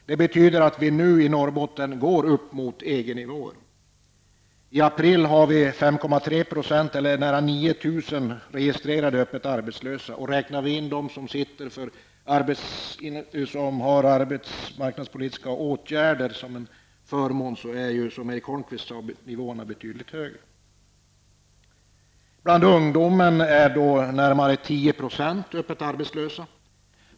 Det betyder att vi nu i Norrbotten går upp mot EG-nivåer. I april hade vi 5,3 % eller nära 9 000 registrerade öppet arbetslösa. Räknar vi in dem som är föremål för arbetsmarknadspolitiska åtgärder blir siffrorna, som Erik Holmkvist sade, betydligt högre. Av ungdomarna är närmare 10 % öppet arbetslösa.